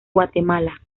guatemala